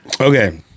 okay